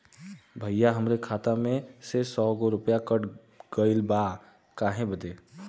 भईया हमरे खाता मे से सौ गो रूपया कट गइल बा काहे बदे?